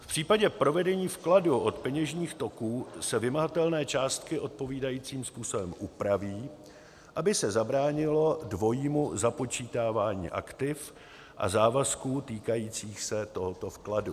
V případě provedení vkladu do peněžních toků se vymahatelné částky odpovídajícím způsobem upraví, aby se zabránilo dvojímu započítávání aktiv a závazků týkajících se tohoto vkladu.